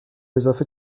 اضافه